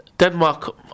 Denmark